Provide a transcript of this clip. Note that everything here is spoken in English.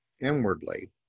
inwardly